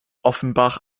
offenbach